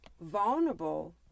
vulnerable